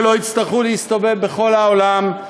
שלא יצטרכו להסתובב בכל העולם.